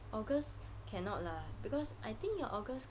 august cannot lah because I think your august